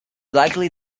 likely